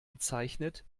bezeichnet